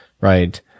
right